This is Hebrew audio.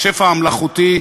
השפע המלאכותי,